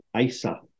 ISA